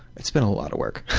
it's been a lot of work,